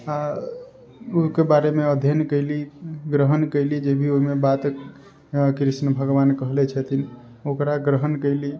आ ओहिके बारेमे अध्ययन कयली ग्रहण कयली जेभी ओहिमे बात कृष्ण भगवान कहले छथिन ओकरा ग्रहण कयली